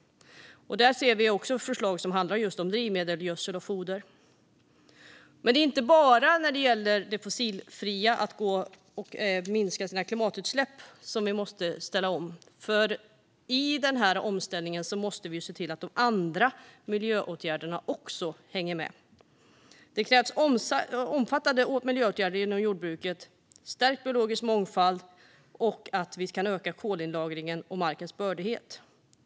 Där ser vi också förslag som handlar om just drivmedel, gödsel och foder. Det är dock inte bara när det gäller det fossilfria och att minska klimatutsläppen som vi måste ställa om. I den här omställningen måste vi nämligen se till att de andra miljöåtgärderna också hänger med. Det krävs omfattande miljöåtgärder inom jordbruket, en stärkt biologisk mångfald och att vi kan öka kolinlagringen och markens bördighet.